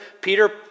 Peter